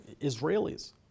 Israelis